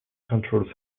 control